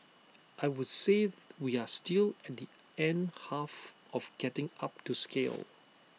I would say we are still at the end half of getting up to scale